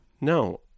No